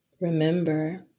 remember